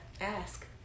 Ask